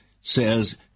says